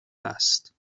است